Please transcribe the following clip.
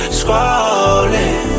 scrolling